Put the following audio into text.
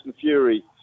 Fury